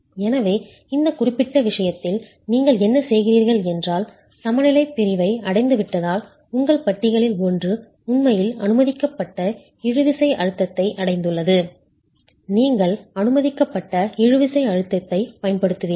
எனவே இந்த குறிப்பிட்ட விஷயத்தில் நீங்கள் என்ன செய்கிறீர்கள் என்றால் சமநிலைப் பிரிவை அடைந்துவிட்டதால் உங்கள் பட்டிகளில் ஒன்று உண்மையில் அனுமதிக்கப்பட்ட இழுவிசை அழுத்தத்தை அடைந்துள்ளது நீங்கள் எஃகில் அனுமதிக்கப்பட்ட இழுவிசை அழுத்தத்தைப் பயன்படுத்துவீர்கள்